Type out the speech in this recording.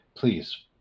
Please